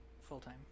full-time